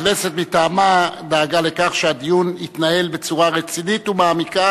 הכנסת מטעמה דאגה לכך שהדיון יתנהל בצורה רצינית ומעמיקה